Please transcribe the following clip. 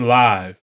live